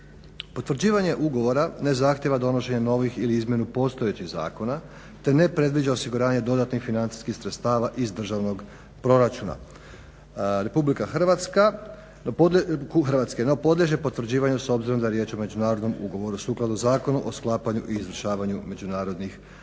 Potvrđivanje ugovora ne zahtijeva donošenje novih ili izmjenu postojećih zakona, te ne predviđa osiguranje dodatnih financijskih sredstava iz državnog proračuna Republike Hrvatske, no podliježe potvrđivanju s obzirom da je riječ o međunarodnom ugovoru sukladno Zakonu o sklapanju i izvršavanju međunarodnih ugovora.